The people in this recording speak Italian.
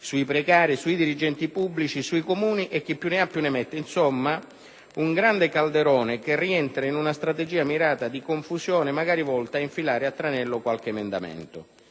sui precari, sui dirigenti pubblici, sui Comuni, e chi più ne ha più ne metta. Insomma, un grande calderone che rientra in una strategia mirata di confusione, magari volta a infilare a tranello qualche emendamento.